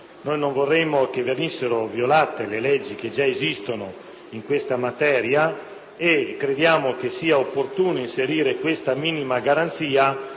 Non vorremmo che venissero violate le leggi che esistano in questa materia e crediamo che sia opportuno inserire questa minima garanzia,